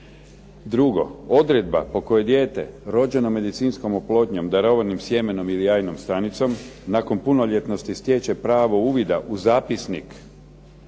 Drugo. Odredba po kojoj dijete rođeno medicinskom oplodnjom, darovanim sjemenom ili jajnom stanicom, nakon punoljetnosti stječe pravo uvida u zapisnik